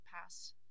pass